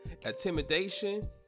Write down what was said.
intimidation